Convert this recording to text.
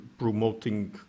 promoting